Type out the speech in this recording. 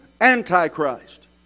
Antichrist